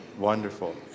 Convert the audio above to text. Wonderful